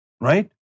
right